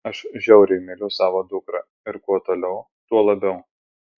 aš žiauriai myliu savo dukrą ir kuo toliau tuo labiau